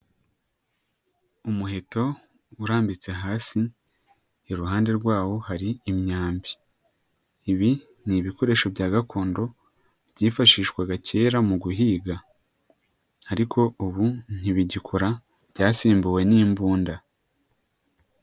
Umuheto urambitse hasi iruhande rwawo hari imyambi, ibi ni ibikoresho bya gakondo byifashishwaga kera mu guhiga ariko ubu ntibigikora byasimbuwe n'imbunda.